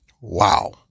Wow